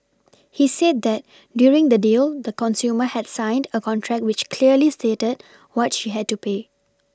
he said that during the deal the consumer had signed a contract which clearly stated what she had to pay